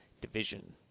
division